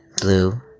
blue